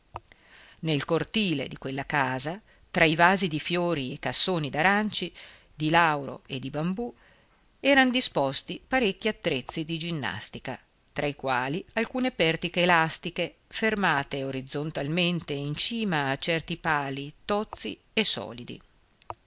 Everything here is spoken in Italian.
nel cortile di quella casa tra i vasi di fiori e i cassoni d'aranci di lauro e di bambù eran disposti parecchi attrezzi di ginnastica tra i quali alcune pertiche elastiche fermate orizzontalmente in cima a certi pali tozzi e solidi